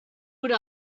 would